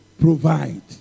provide